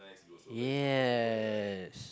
yes